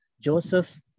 Joseph